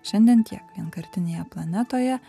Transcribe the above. šiandien tiek vienkartinėje planetoje